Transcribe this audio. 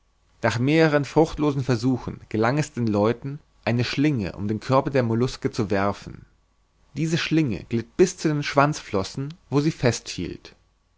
nach mehreren fruchtlosen versuchen gelang es den leuten eine schlinge um den körper der molluske zu werfen diese schlinge glitt bis zu den schwanzflossen wo sie festhielt